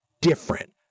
different